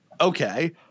okay